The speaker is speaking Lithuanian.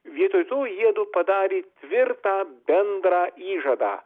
vietoj to jiedu padarė tvirtą bendrą įžadą